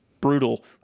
brutal